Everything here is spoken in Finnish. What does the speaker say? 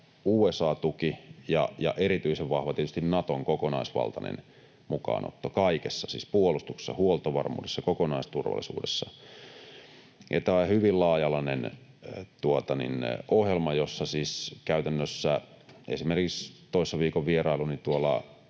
USA-tuki ja tietysti erityisen vahva Naton kokonaisvaltainen mukaanotto kaikessa, siis puolustuksessa, huoltovarmuudessa, kokonaisturvallisuudessa. Ja tämä on hyvin laaja-alainen ohjelma, jossa siis käytännössä, esimerkiksi toissa viikon vierailuni